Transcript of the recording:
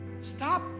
Stop